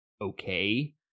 okay